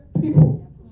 people